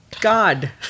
God